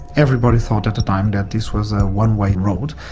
everybody thought at the time that this was a one-away road.